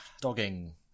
dogging